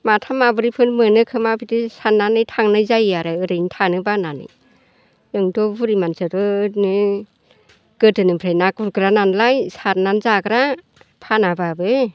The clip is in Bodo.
माथाम माब्रै फोर मोनो खोमा बिदि साननानै थांनाय जायोआरो ओरैनो थांनो बानानै जोंथ' बुरि मानसिआथ' बिदिनो गोदोनिफ्राय ना गुरग्रा नालाय सारनानै जाग्रा फानाब्लाबो